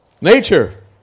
Nature